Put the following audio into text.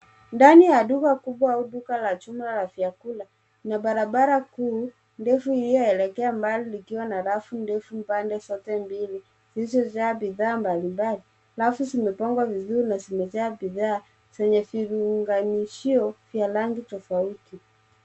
Ndani ya duka kubwa au duka la chuma la vyakula na barabara kuu ndefu hiyo iiliyoelekea mbali ikiwa na rafu ndefu pande zote mbili, zilizojaa bidhaa mbalimbali. Rafu zimepangwa vizuri na zimejaa bidhaa zenya vinganishio vya rangi tofauti.